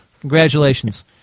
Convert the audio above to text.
Congratulations